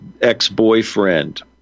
ex-boyfriend